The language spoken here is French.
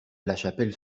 lachapelle